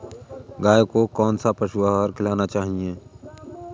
गाय को कौन सा पशु आहार खिलाना चाहिए?